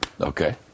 Okay